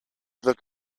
look